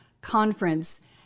conference